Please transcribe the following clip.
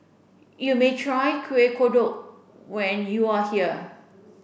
you may try Kuih Kodok when you are here